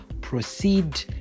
proceed